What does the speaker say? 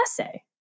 essay